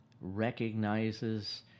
recognizes